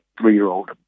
Three-year-old